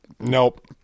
nope